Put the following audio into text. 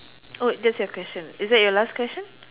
oh that's your question is that your last question